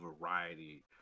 variety